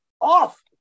off